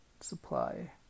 supply